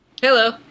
Hello